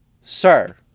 sir